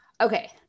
okay